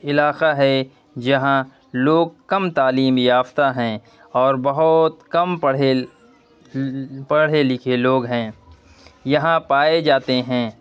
علاقہ ہے جہاں لوگ کم تعلیم یافتہ ہیں اور بہت کم پڑھے پڑھے لکھے لوگ ہیں یہاں پائے جاتے ہیں